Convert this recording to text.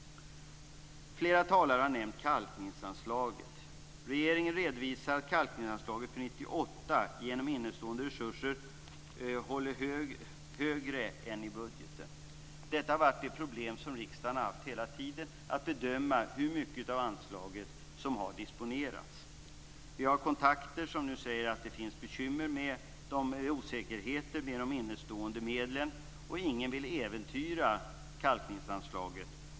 Flera talare har nämnt kalkningsanslaget. Regeringen redovisar att kalkningsanslaget för 1998 genom innestående resurser är högre än vad som anges i budgeten. Att bedöma hur mycket av anslaget som har disponerats har varit ett problem för riksdagen hela tiden. Vi har kontakter som nu säger att osäkerheten kring de innestående medlen är bekymmersam. Ingen vill äventyra kalkningsanslaget.